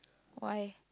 why